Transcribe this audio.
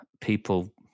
people